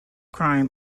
crime